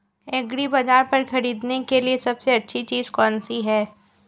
एग्रीबाज़ार पर खरीदने के लिए सबसे अच्छी चीज़ कौनसी है?